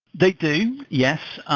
they do. yes.